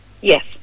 Yes